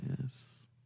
Yes